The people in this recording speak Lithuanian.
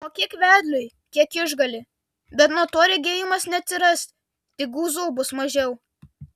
mokėk vedliui kiek išgali bet nuo to regėjimas neatsiras tik guzų bus mažiau